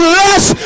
less